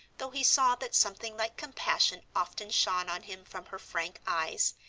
though he saw that something like compassion often shone on him from her frank eyes,